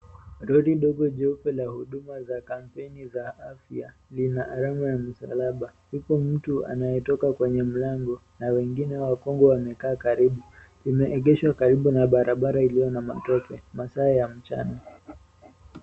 Lori ndogo jeupe la huduma za kampeni za afya, lina alama ya msalaba. Kuna mtu anayetoka kwenye mlango, na wengine wakongwe wamekaa karibu. Limeegeshwa karibu na barabara iliyo na matope. Masaa ya mchana.